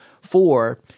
four